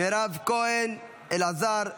מירב כהן, אלעזר שטרן.